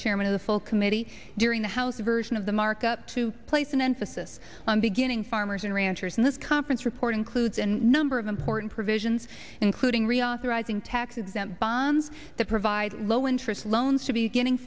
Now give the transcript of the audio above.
chairman of the full committee during the house version of the markup to place an emphasis on beginning farmers and ranchers in this conference report includes and number of important provisions including reauthorizing tax exempt bonds that provide low interest loans to be getting